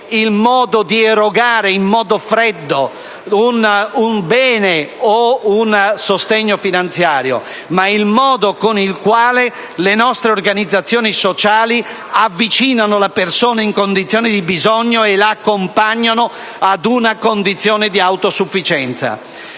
il modo di erogare freddamente un bene o un sostegno finanziario, ma è il modo con il quale le nostre organizzazioni sociali avvicinano la persona in condizioni di bisogno e la accompagnano ad una condizione di autosufficienza.